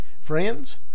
Friends